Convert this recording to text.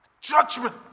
Judgment